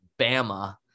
Bama